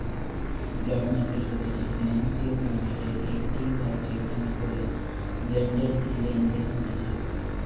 bond market হতিছে financial মার্কেটের একটিই ভাগ যেখান করে বন্ডের লেনদেন হতিছে